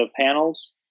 panels